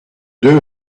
going